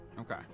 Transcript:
Okay